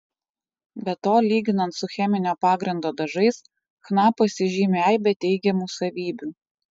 be to lyginant su cheminio pagrindo dažais chna pasižymi aibe teigiamų savybių